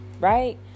right